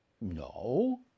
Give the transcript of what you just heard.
No